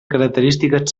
característiques